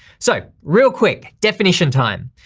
so real quick definition time,